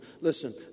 Listen